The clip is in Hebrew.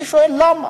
אני שואל למה.